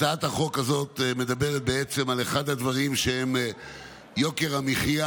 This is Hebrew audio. הצעת החוק הזאת מדברת על אחד הדברים שהם יוקר המחיה